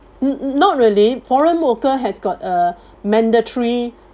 mm not really foreign worker has got a mandatory